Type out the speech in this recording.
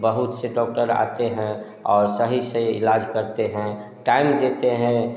बहुत से डॉक्टर आते हैं और सही सही इलाज़ करते हैं टाइम देते हैं